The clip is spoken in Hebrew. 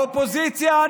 האופוזיציה,